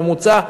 הממוצע,